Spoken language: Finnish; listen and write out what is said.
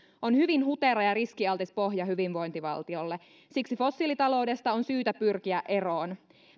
on hyvin hutera ja riskialtis pohja hyvinvointivaltiolle siksi fossiilitaloudesta on syytä pyrkiä eroon